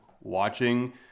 watching